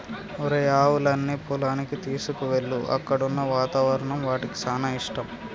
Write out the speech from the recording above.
ఒరేయ్ ఆవులన్నీ పొలానికి తీసుకువెళ్ళు అక్కడున్న వాతావరణం వాటికి సానా ఇష్టం